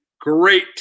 great –